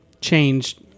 changed